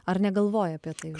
ar negalvoji apie tai